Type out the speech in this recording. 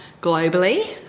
globally